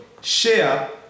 share